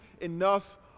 enough